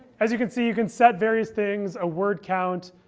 as you can see, you can set various things a word count,